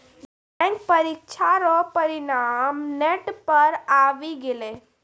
bank परीक्षा रो परिणाम नेट पर आवी गेलै